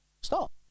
stop